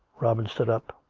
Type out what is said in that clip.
robin stood up.